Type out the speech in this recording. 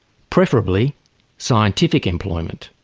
preferably scientific employment.